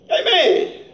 Amen